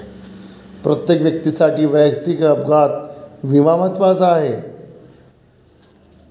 प्रत्येक व्यक्तीसाठी वैयक्तिक अपघात विमा महत्त्वाचा आहे